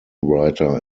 writer